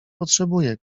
potrzebuję